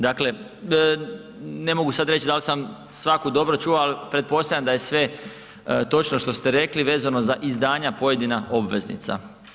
Dakle ne mogu sada reći da li sam svaku dobro čuo, ali pretpostavljam da je sve točno što ste rekli vezano za izdanja pojedinih obveznica.